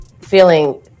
feeling